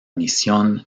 misión